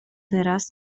teraz